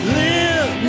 live